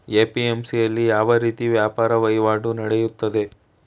APMC ಯಲ್ಲಿ ಯಾವ ರೀತಿ ವ್ಯಾಪಾರ ವಹಿವಾಟು ನೆಡೆಯುತ್ತದೆ?